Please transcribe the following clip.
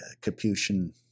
Capuchin